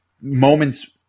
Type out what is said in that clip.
moments